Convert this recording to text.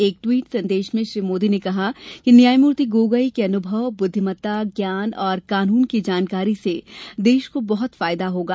एक ट्विट संदेश में श्री मोदी ने कहा कि न्यायमूर्ति गोगोई के अनुभव बुद्विमता ज्ञान और कानून की जानकारी से देश को बहुत फायदा होगा